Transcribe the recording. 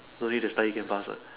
no need to study can pass what